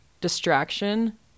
distraction